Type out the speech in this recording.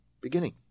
beginning